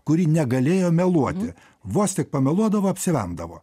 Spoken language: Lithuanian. kuri negalėjo meluoti vos tik pameluodavo apsivemdavo